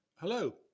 Hello